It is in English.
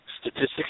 statistics